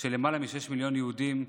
של למעלה משישה מיליון יהודים,